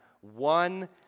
One